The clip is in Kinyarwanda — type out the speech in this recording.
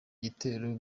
gitero